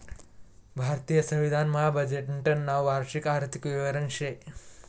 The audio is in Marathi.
भारतीय संविधान मा बजेटनं नाव वार्षिक आर्थिक विवरण शे